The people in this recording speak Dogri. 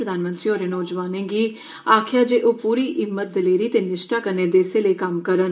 प्रधानमंत्री होरे नौजवाने गी आक्खेआ जे ओह पूरी हिम्मत दलेरी ते निश्ठा कन्नै देसै लेई कम्म करन